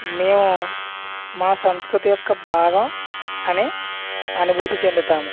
మేము మా సంస్కృతి యొక్క భాగం అని అనుభూతి చెందుతాము